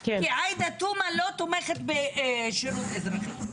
כי עאידה תומא לא תומכת בשירות אזרחי.